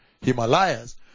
Himalayas